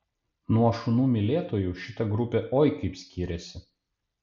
nuo šunų mylėtojų šita grupė oi kaip skiriasi